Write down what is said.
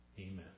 Amen